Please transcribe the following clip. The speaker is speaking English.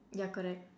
ya correct